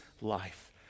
life